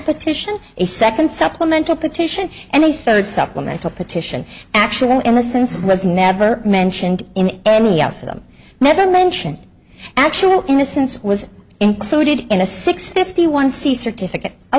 petition a second supplemental petition and they said supplemental petition actual innocence was never mentioned in any out for them never mention actual innocence was included in a six fifty one c certificate a